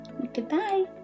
Goodbye